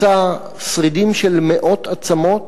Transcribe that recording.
מצא שרידים של מאות עצמות,